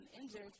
injured